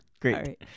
Great